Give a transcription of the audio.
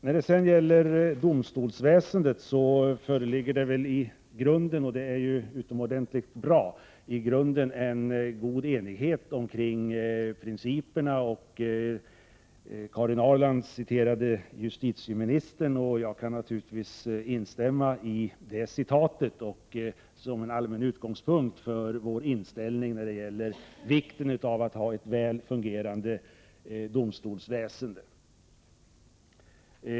När det gäller domstolsväsendet föreligger det i grunden en god enighet om principerna, vilket är utomordentligt bra. Karin Ahrland citerade justitieministern, och jag kan naturligtvis instämma i det citatet som en allmän utgångspunkt för vår inställning när det gäller vikten av att ha ett väl fungerande domstolsväsende.